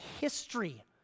history